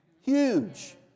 Huge